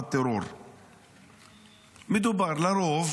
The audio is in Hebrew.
מדובר לרוב